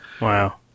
Wow